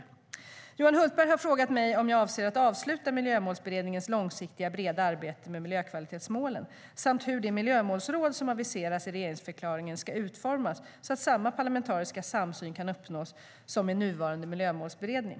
Johan Hultberg har frågat mig om jag avser att avsluta Miljömålsberedningens långsiktiga, breda arbete med miljökvalitetsmålen samt hur det miljömålsråd som aviseras i regeringsförklaringen ska utformas, så att samma parlamentariska samsyn kan uppnås som med nuvarande miljömålsberedning.